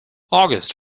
august